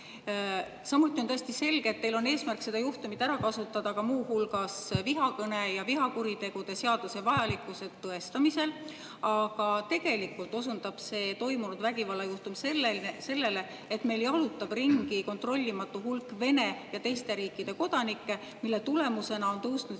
Samuti on tõesti selge, et teil on eesmärk seda juhtumit ära kasutada ka muu hulgas vihakõne ja vihakuritegude seaduse vajalikkuse tõestamisel. Aga tegelikult osundab see toimunud vägivallajuhtum sellele, et meil jalutab ringi kontrollimatu hulk Venemaa ja teiste riikide kodanikke, mille tulemusena on tõusnud